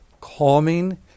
calming